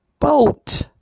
boat